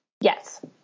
Yes